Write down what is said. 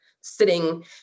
sitting